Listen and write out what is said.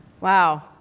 Wow